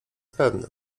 pewny